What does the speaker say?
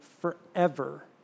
forever